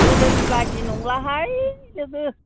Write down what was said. गोदोनि बायदि नंलाहाय लोगो